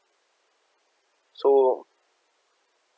so